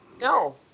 No